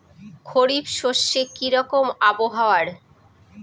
খরিফ শস্যে কি রকম আবহাওয়ার?